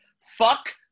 Fuck